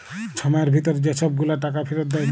ছময়ের ভিতরে যে ছব গুলা টাকা ফিরত দেয়